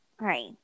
Right